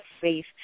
faith